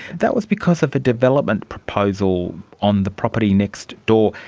that was because of the development proposal on the property next door.